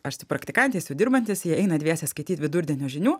aš tik praktikė jis jau dirbantis jie eina dviese skaityt vidurdienio žinių